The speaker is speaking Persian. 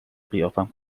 قیافم